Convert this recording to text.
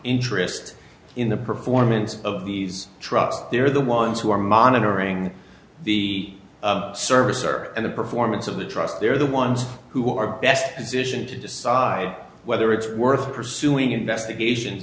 interest in the performance of these trucks they're the ones who are monitoring the service or and the performance of the trust they're the ones who are best positioned to decide whether it's worth pursuing investigations